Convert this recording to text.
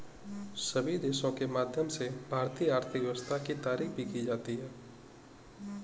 सभी देशों के माध्यम से भारतीय आर्थिक व्यवस्था की तारीफ भी की जाती है